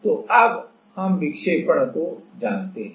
तो अब हम विक्षेपण को जानते हैं